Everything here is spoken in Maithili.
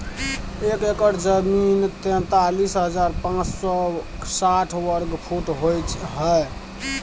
एक एकड़ जमीन तैंतालीस हजार पांच सौ साठ वर्ग फुट होय हय